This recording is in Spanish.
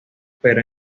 pero